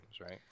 right